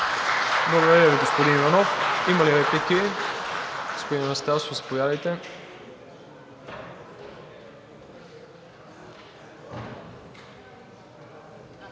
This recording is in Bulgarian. Благодаря Ви, господин Иванов. Има ли реплики? Господин Анастасов, заповядайте.